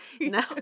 no